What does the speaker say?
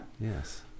Yes